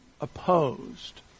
opposed